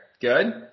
Good